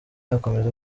akomeza